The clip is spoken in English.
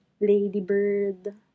Ladybird